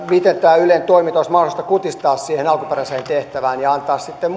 miten tämä ylen toiminta olisi mahdollista kutistaa siihen alkuperäiseen tehtävään ja antaa sitten